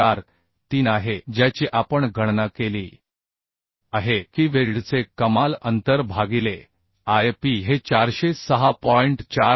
43 आहे ज्याची आपण गणना केली आहे की वेल्डचे कमाल अंतर भागिले I p हे 406